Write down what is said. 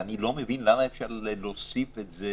ואני לא מבין למה אי-אפשר להוסיף את זה